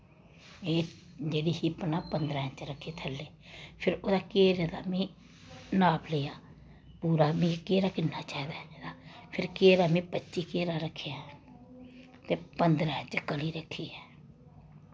एह् जेह्ड़ी ही पंदरां इच रक्खी थल्ले फिर ओह्दा घेरे दा में नाप लेआ पूरा में घेरा किन्ना चाही दा ऐ फिर घेरा में पच्ची घेरा रक्खेआ ऐ ते पंदरा इंच कली रक्खी ऐ